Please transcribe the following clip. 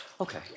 Okay